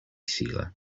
sealer